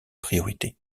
priorités